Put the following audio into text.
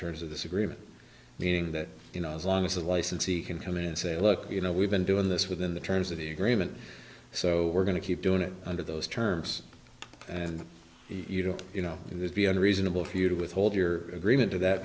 terms of this agreement meaning that you know as long as a licensee can come in and say look you know we've been doing this within the terms of the agreement so we're going to keep doing it under those terms and you don't you know it is beyond reasonable for you to withhold your agreement or that